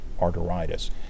arteritis